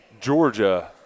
Georgia